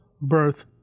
birth